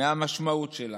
מהמשמעות שלה?